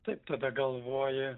taip tada galvoji